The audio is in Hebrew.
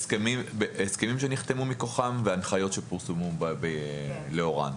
הסכמים שנחתמו מכוחם בהנחיות שפורסמו להוראה.